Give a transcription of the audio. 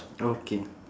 okay